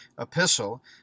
epistle